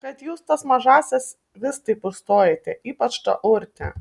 kad jūs tas mažąsias vis taip užstojate ypač tą urtę